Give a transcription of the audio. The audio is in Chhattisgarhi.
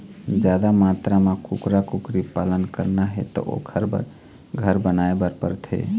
जादा मातरा म कुकरा, कुकरी पालन करना हे त ओखर बर घर बनाए बर परथे